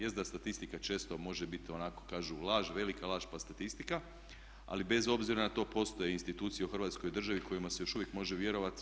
Jest da statistika često može biti onako kažu laž velika, laž pa statistika ali bez obzira na to postoje institucije u Hrvatskoj državi kojima se još uvijek može vjerovati.